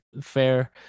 fair